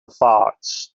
fox